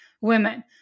women